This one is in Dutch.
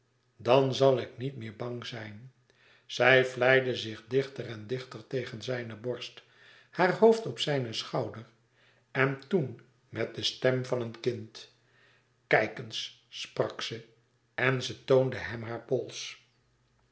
dan zal ik niet meer bang zijn zij vlijde zich dichter en dichter tegen zijne borst haar hoofd op zijne schouder en toen met de stem van een kind kijk eens sprak ze en ze toonde hem haar pols